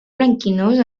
blanquinós